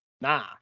Nah